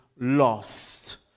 lost